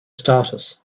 status